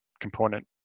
component